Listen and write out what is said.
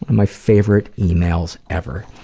my favorite emails, ever.